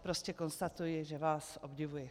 Prostě konstatuji, že vás obdivuji.